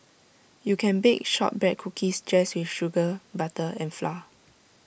you can bake Shortbread Cookies just with sugar butter and flour